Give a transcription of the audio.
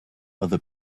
other